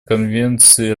конвенции